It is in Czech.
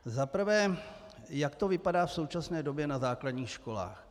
Za prvé, jak to vypadá v současné době na základních školách.